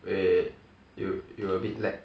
wait you you a bit lag